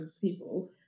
people